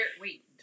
wait